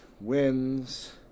wins